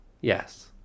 Yes